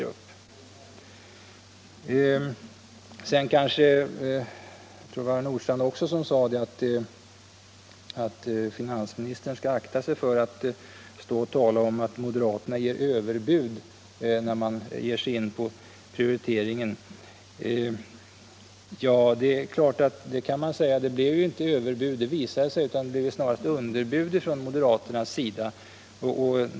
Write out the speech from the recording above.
Jag tror att det var herr Nordstrandh som också sade att finansministern skall akta sig för att tala om att moderaterna ger överbud. Här blev det ju inga överbud utan snarast underbud från moderaternas sida.